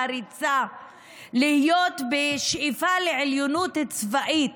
והריצה להיות בשאיפה לעליונות צבאית,